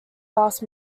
fast